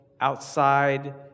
outside